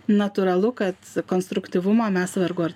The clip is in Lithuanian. natūralu kad konstruktyvumo mes vargu ar